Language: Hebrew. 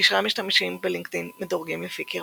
קשרי המשתמשים בלינקדאין מדורגים לפי קרבה.